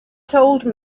told